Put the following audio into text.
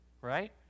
right